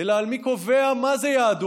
אלא על מי קובע מה זה יהדות,